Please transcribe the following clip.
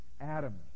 adam